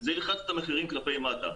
זה ילחץ את המחירים כלפי מטה.